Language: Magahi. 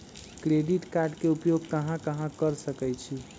क्रेडिट कार्ड के उपयोग कहां कहां कर सकईछी?